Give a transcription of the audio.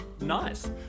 nice